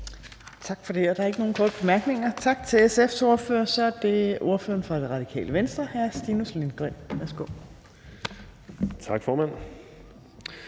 Tak for det. Der er ikke nogen korte bemærkninger. Tak til SF's ordfører. Så er det ordføreren fra Radikale Venstre, hr. Stinus Lindgreen. Værsgo. Kl.